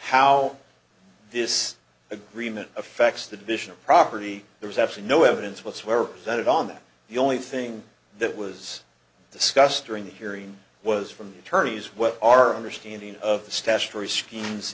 how this agreement affects the division of property there's actually no evidence whatsoever that on that the only thing that was discussed during the hearing was from the attorneys what our understanding of the statutory schemes